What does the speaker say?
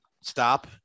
stop